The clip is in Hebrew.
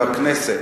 בכנסת.